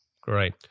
Great